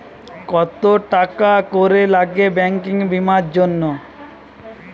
কত টাকা করে লাগে ব্যাঙ্কিং বিমার জন্য?